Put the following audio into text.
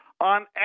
on